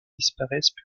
disparaissent